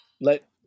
let